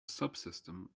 subsystem